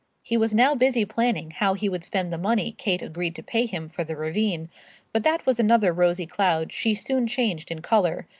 he was now busy planning how he would spend the money kate agreed to pay him for the ravine but that was another rosy cloud she soon changed in colour,